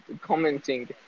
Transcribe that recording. commenting